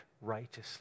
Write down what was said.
righteously